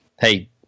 hey